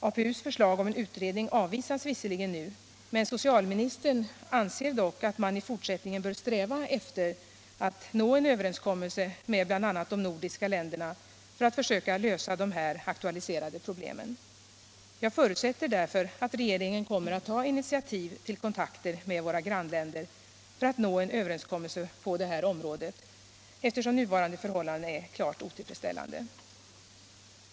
APU:s förslag om en utredning avvisas visserligen nu men socialministern anser att man i fortsättningen bör sträva efter att nå en överenskommelse med bl.a. de nordiska länderna för att försöka lösa de här aktualiserade problemen. Jag förutsätter därför att regeringen kommer att ta initiativ till kontakter med våra grannländer för att nå en överenskommelse på det här området; nuvarande förhållanden är klart otillfredsställande.